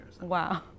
Wow